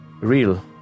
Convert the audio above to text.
real